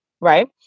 right